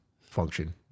function